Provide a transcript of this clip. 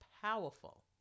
powerful